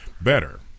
better